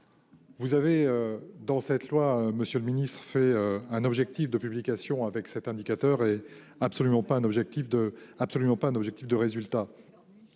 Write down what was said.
Vous avez dans cette loi, Monsieur le Ministre fait un objectif de publication avec cet indicateur est absolument pas un objectif de absolument